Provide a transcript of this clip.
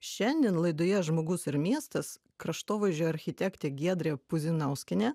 šiandien laidoje žmogus ir miestas kraštovaizdžio architektė giedrė puzinauskienė